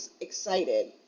excited